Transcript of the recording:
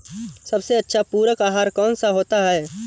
सबसे अच्छा पूरक आहार कौन सा होता है?